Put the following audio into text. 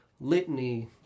Litany